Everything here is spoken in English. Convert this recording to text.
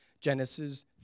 Genesis